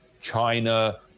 China